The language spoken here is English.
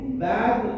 bad